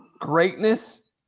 greatness